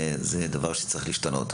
זה דבר שצריך להשתנות.